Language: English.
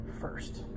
first